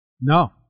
No